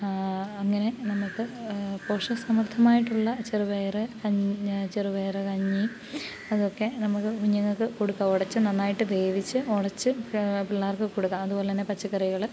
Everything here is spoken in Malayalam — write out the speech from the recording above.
അങ്ങനെ നമുക്ക് പോഷകസമൃദ്ധമായിട്ടുള്ള ചെറുപയറ് കഞ്ഞി ചെറുപയറുകഞ്ഞി അതൊക്കെ നമ്മള് കുഞ്ഞുങ്ങൾക്ക് കൊടുത്ത് ഉടച്ച് നന്നായിട്ട് വേവിച്ച് ഉടച്ച് പിള്ളേർക്ക് പിള്ളേർക്ക് കൊടുക്കാം അതുപോലെ തന്നെ പച്ചച്ചക്കറികള് വേവിച്ചിട്ട്